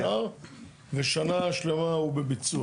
אחרי שהחוק הזה מאושר ושנה שלמה הוא בביצוע.